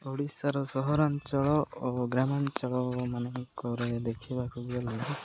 ଓଡ଼ିଶାର ସହରାଞ୍ଚଳ ଓ ଗ୍ରାମାଞ୍ଚଳମାନଙ୍କରେ ଦେଖିବାକୁ ଗଲେ